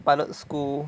pilot school